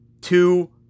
two